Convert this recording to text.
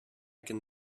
can